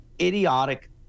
idiotic